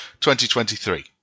2023